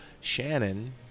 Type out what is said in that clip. Shannon